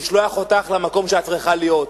לשלוח אותך למקום שאת צריכה להיות בו.